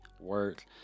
work